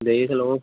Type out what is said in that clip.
ਦੇਖ ਲਓ